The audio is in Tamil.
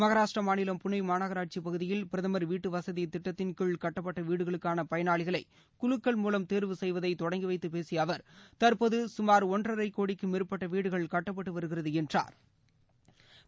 மகாராஷ்டிரா மாநிலம் புனே மாநகராட்சி பகுதியில் பிரதமர் வீட்டு வசதி திட்டத்தின் கீழ் கட்டப்பட்ட வீடுகளுக்கான பயனாளிகளை குலுக்கல் மூலம் தோ்வு செய்வதை தொடங்கிவைத்து பேசிய அவா் தற்போது சுமாா் ஒன்றரை கோடிக்கும் மேற்பட்ட வீடுகள் கட்டப்பட்டு வருகிறது என்றாா்